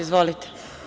Izvolite.